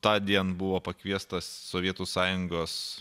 tądien buvo pakviestas sovietų sąjungos